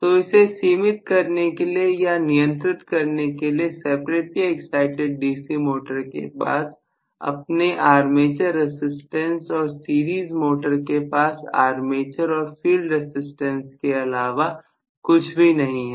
तो इसे सीमित करने के लिए या नियंत्रित करने के लिए सेपरेटली एक्साइटिड डीसी मोटर के पास अपने आर्मेचर रसिस्टेंस और सीरीज मोटर के पास आर्मेचर और फील्ड रसिस्टेंस के अलावा कुछ भी नहीं है